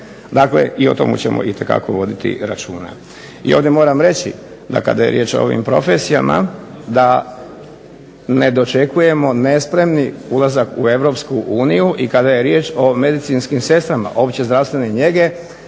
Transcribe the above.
Dakle i o tomu ćemo itekako voditi računa. I ovdje moram reći, da kada je riječ o ovim profesijama, da ne dočekujemo nespremni ulazak u Europsku uniju, i kada je riječ o medicinskim sestrama opće zdravstvene njege,